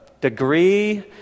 degree